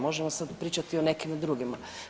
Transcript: Možemo sad pričati i o nekim drugima.